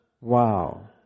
wow